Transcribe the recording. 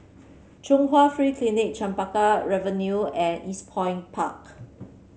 Chung Hwa Free Clinic Chempaka Avenue and Eastpoint Park